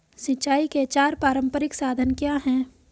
सिंचाई के चार पारंपरिक साधन क्या हैं?